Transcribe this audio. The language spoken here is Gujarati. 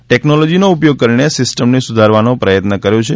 ટેકનોલોજીનો ઉપયોગ કરીને સીસ્ટમને સુધારવાના પ્રયત્નો કર્યા છે